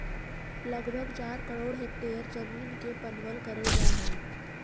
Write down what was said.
लगभग चार करोड़ हेक्टेयर जमींन के पटवन करल जा हई